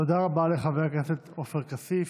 תודה רבה לחבר הכנסת עופר כסיף.